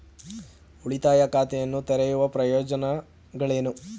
ಉಳಿತಾಯ ಖಾತೆಯನ್ನು ತೆರೆಯುವ ಪ್ರಯೋಜನಗಳೇನು?